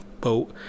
boat